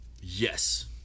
Yes